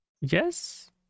Yes